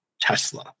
Tesla